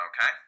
Okay